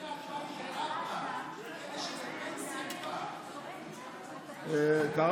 מיועד לאלה שהתגייסו לפני 2004. אם לא היית,